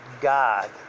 God